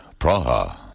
Praha